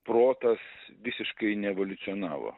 protas visiškai neevoliucionavo